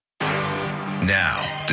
Now